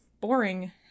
boring